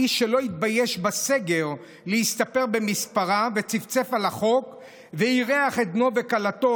האיש שלא התבייש להסתפר בסגר במספרה וצפצף על החוק ואירח את בנו וכלתו,